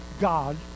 God